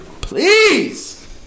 please